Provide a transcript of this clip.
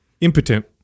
impotent